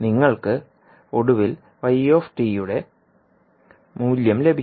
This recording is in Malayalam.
നിങ്ങൾക്ക് ഒടുവിൽ y യുടെ മൂല്യം ലഭിക്കും